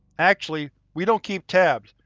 actually, we don't keep tabs,